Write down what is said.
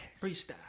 Freestyle